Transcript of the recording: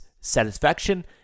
satisfaction